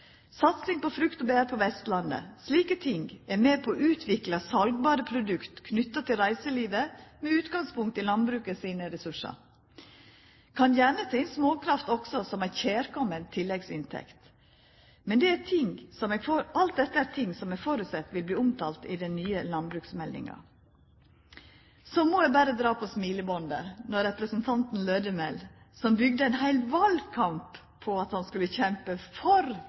Satsing på frukt og bær på Vestlandet – slike ting er med på å utvikla seljelege produkt knytte til reiselivet med utgangspunkt i landbruket sine ressursar. Ein kan gjerne ta med småkraftverk òg som ei kjærkomen tilleggsinntekt. Alt dette er ting som eg føreset vil verta omtala i den nye landbruksmeldinga. Så må eg berre dra på smilebandet når representanten Lødemel, som bygde ein heil valkamp på at han skulle kjempa for